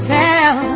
tell